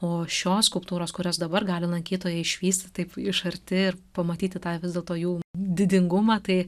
o šios skulptūros kurias dabar gali lankytojai išvysti taip iš arti ir pamatyti tą vis dėlto jų didingumą tai